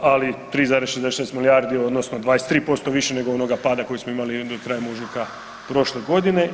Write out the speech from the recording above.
Ali 3,66 milijardi odnosno 23% više nego onoga pada koji smo imali krajem ožujka prošle godine.